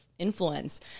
influence